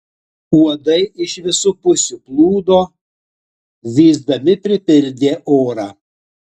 uodai iš visų pusių plūdo zyzdami pripildė orą